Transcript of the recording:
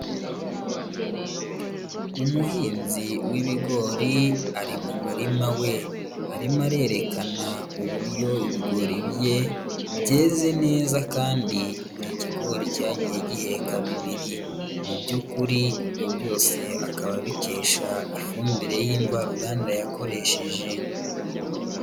Umuhinzi w'ibigori ari mu murima we; arimo arerekana uburyo ibigori bye byeze neza kandi buri kigori cyagiye giheheka bibiri. Mubyukuri ibyo byose akaba abikesha ifumbire y'imvaruganda yakoresheje.